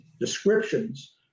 descriptions